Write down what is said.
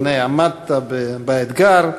הנה, עמדת באתגר.